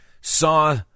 saw